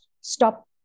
stop